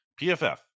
PFF